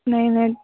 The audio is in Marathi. नाही नाही